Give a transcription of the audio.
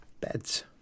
beds